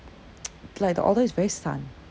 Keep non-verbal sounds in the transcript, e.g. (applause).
(noise) like the order is very 散